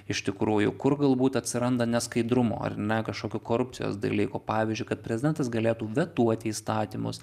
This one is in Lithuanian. iš tikrųjų kur galbūt atsiranda neskaidrumo ar ne kažkokių korupcijos dalykų pavyzdžiui kad prezidentas galėtų vetuoti įstatymus